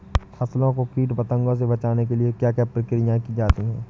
फसलों को कीट पतंगों से बचाने के लिए क्या क्या प्रकिर्या की जाती है?